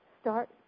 start